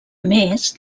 més